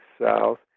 South